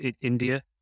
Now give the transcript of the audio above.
India